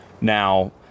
Now